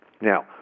Now